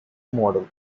model